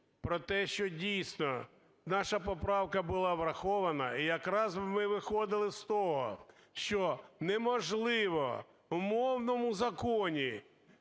про те, що дійсно наша поправка була врахована. І якраз ми виходили з того, що неможливо у мовному законі